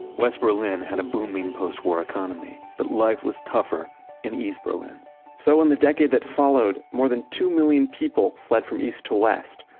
west berlin had a booming post war economy but life was tougher in east berlin so, in the decade that followed, more than two million people fled from east to west.